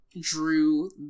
drew